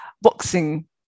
boxing